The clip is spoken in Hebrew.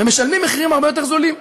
ומשלמים מחירים הרבה יותר זולים.